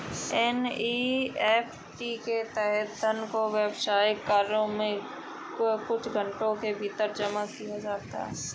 NEFT के तहत धन दो व्यावसायिक कार्य घंटों के भीतर जमा किया जाता है